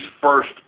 first